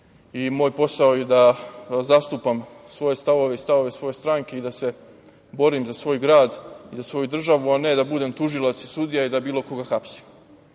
i moj posao je da zastupam svoje stavove i stavove svoje stranke i da se borim za svoj grad i za svoju državu, a ne da budem tužilac i sudija i da bilo koga hapsim,